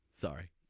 Sorry